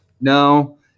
No